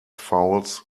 fouls